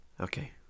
okay